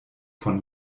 von